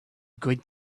good